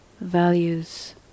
values